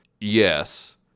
Yes